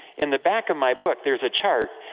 in the back of my book, there is a chart,